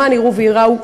למען יראו וייראו,